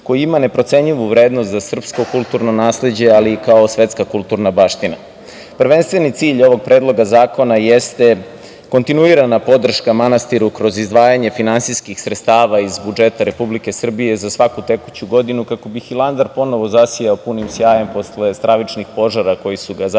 koji ima neprocenjivu vrednost za srpsko kulturno nasleđe, ali kao svetska kulturna baština. Prvenstveni cilj ovog predloga zakona jeste kontinuirana podrška manastiru kroz izdvajanje finansijskih sredstava iz budžeta Republike Srbije za svaku tekuću godinu, kako bi Hilandar ponovo zasijao punim sjajem posle stravičnih požara koji su ga zadesili